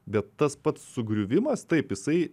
bet tas pats sugriuvimas taip jisai